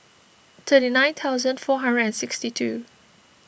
thirty nine thousand four hundred and sixty two